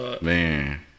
Man